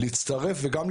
וגם,